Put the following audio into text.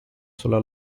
sulla